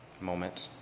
moment